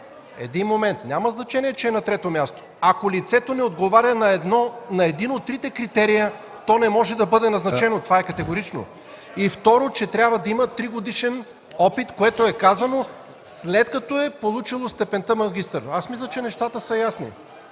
Стоянова.) Няма значение, че е на трето място. Ако лицето не отговаря на един от трите критерия, то не може да бъде назначено. Това е категорично! Казано е, че трябва да има и 3-годишен опит. Казано е: след като е получило степента „магистър”. Мисля, че нещата са ясни.